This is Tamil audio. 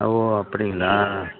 ஓ அப்படிங்களா